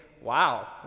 wow